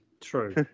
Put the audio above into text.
true